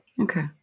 okay